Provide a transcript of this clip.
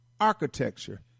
architecture